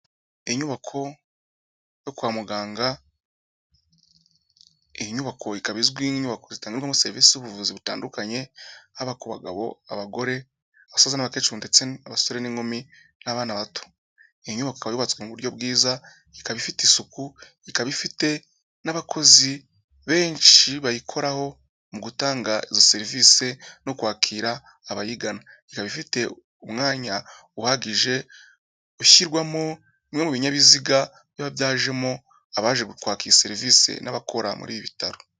Inyubako yo kwa muganga, iyi nyubako ikabazwi n'inyubako zitanmo sevisi'ubuvuzi butandukanye, haba ku bagabo, abagore, abasaza n'abakecuru, ndetse n'abasore n'inkumi n'abana bato. Iyi nyubako yubatswe mu buryo bwiza, ikaba ifite isuku, ikaba ifite n'abakozi benshi bayikoraho mu gutanga serivisi no kwakira abayigana. Ikaba ifite umwanya uhagije ushyirwamo bimwe mu binyabiziga biba byajemo abaje kwaka serivisi n'abakora muri ibi bitaro.